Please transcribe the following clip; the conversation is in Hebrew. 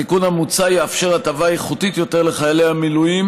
התיקון המוצע יאפשר הטבה איכותית יותר לחיילי המילואים